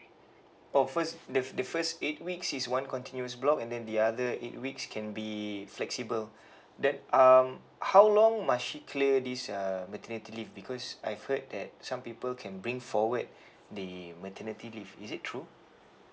oh first the first eight weeks is one continuous block and then the other eight weeks can be flexible then um how long must she clear this uh maternity leave because I've heard that some people can bring forward the maternity leave is it true